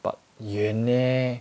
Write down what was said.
but 远 leh